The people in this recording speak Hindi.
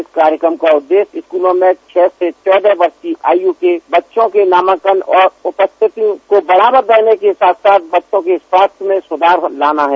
इस कार्यक्रम का उद्देश्य स्कूलों में छह से चौदह वर्ष की आयु के बच्चों के नामांकन और उपस्थिति को बढ़ावा देने के साथ साथ बच्चों के स्वास्थ्स में सुधार लाना है